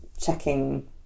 checking